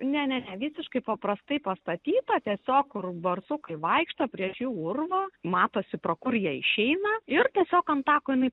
ne ne ne visiškai paprastai pastatyta tiesiog kur barsukai vaikšto prieš jų urvą matosi pro kur jie išeina ir tiesiog an tako jinai